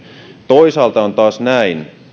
toisaalta on taas näin